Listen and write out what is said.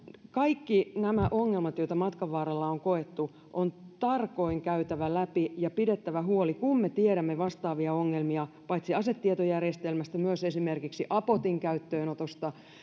kaikki nämä ongelmat joita matkan varrella on koettu on tarkoin käytävä läpi ja kun me tiedämme vastaavia ongelmia paitsi asetietojärjestelmästä myös esimerkiksi apotin käyttöönotosta